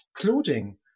including